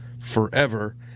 forever